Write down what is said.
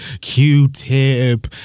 Q-Tip